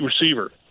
receiver